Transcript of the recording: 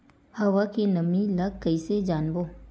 हवा के नमी ल कइसे जानबो?